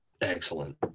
Excellent